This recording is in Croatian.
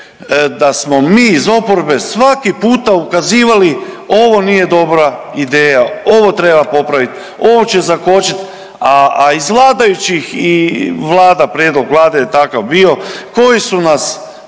da smo mi iz oporbe svaki puta ukazivali ovo nije dobra ideja, ovo treba popraviti, ovo će zakočiti, a iz vladajućih i Vlada, prijedlog Vlade je takav bio koji su nas